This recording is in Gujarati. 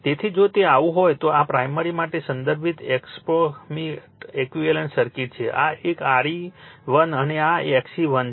તેથી જો તે આવું હોય તો આ પ્રાઇમરી માટે સંદર્ભિત એપ્રોક્સીમેટ ઇક્વીવલન્ટ સર્કિટ છે આ એક RE1 આ એક XE1 છે